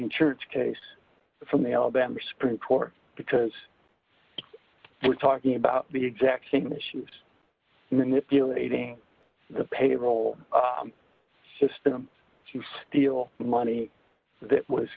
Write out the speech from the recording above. insurance case from the alabama supreme court because we're talking about the exact same issues manipulating the payroll system to steal money that was